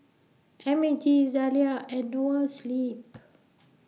M A G Zalia and Noa Sleep